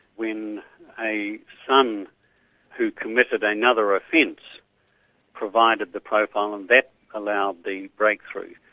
when a son who committed another offence provided the profile, and that allowed the breakthrough.